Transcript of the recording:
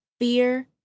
fear